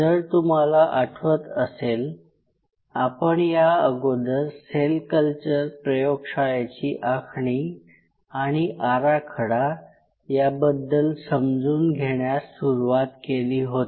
जर तुम्हाला आठवत असेल आपण या अगोदर सेल कल्चर प्रयोगशाळेची आखणी आणि आराखडा याबद्दल समजून घेण्यास सुरुवात केली होती